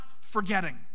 forgetting